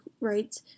rights